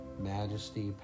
majesty